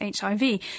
HIV